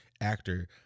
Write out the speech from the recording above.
actor